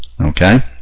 Okay